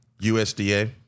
USDA